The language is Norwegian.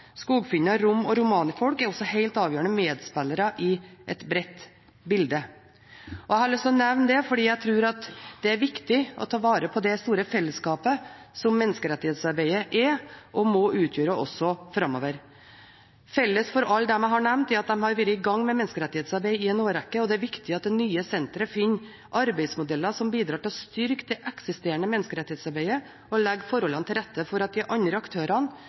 skogfinner, rom og romanifolk er også helt avgjørende medspillere i et bredt bilde. Jeg har lyst til å nevne dette fordi jeg tror det er viktig å ta vare på det store fellesskapet som menneskerettighetsarbeidet er og må utgjøre også framover. Felles for alle dem jeg har nevnt, er at de har vært i gang med menneskerettighetsarbeid i en årrekke. Det er viktig at det nye senteret finner arbeidsmodeller som bidrar til å styrke det eksisterende menneskerettighetsarbeidet, og legger forholdene til rette for at de andre aktørene